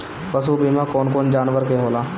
पशु बीमा कौन कौन जानवर के होला?